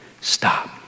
stop